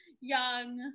Young